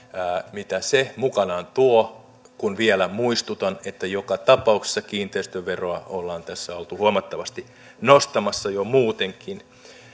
mitä se mukanaan tuo kun vielä muistutan että joka tapauksessa kiinteistöveroa ollaan tässä oltu huomattavasti nostamassa jo muutenkin